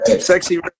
sexy